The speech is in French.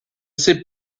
sais